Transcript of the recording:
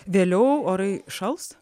vėliau orai šals